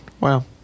Wow